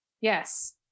Yes